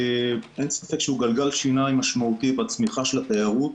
אין ספק שהוא גלגל שיניים משמעותי בצמיחה של התיירות,